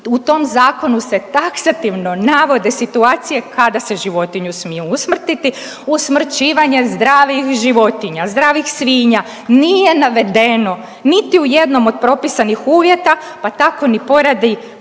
u tom Zakonu se taksativno navode situacije kada se životinju smije usmrtiti. Usmrćivanje zdravih životinja, zdravih svinja nije navedeno niti u jednom od propisanih uvjeta, pa tako ni poradi